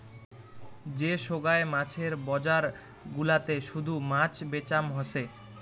যে সোগায় মাছের বজার গুলাতে শুধু মাছ বেচাম হসে